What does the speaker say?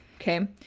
okay